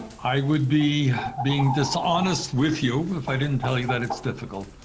i would be being dishonest with you if i didn't tell you that it's difficult.